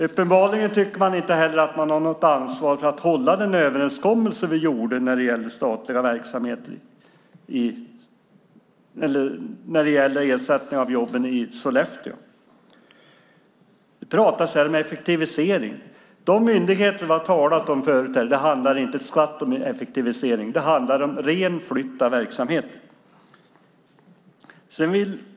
Uppenbarligen tycker man inte heller att man har något ansvar för att hålla den överenskommelse som vi träffat när det gäller att ersätta jobben i Sollefteå. Här talas det om effektivisering. Men när det gäller de myndigheter som vi talat om handlar det inte ett skvatt om effektivisering, utan det handlar om ren och skär flytt av verksamheter.